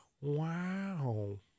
Wow